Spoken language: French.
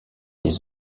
des